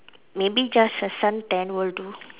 maybe just a suntan will do